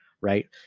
right